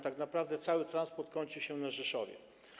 Tak naprawdę cały transport kończy się na Rzeszowie.